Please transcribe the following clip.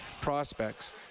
prospects